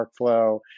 workflow